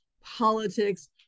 politics